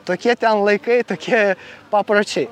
tokie ten laikai tokie papročiai